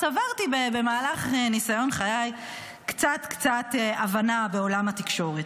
צברתי במהלך ניסיון חיי קצת קצת הבנה בעולם התקשורת.